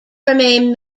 remain